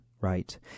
right